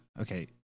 okay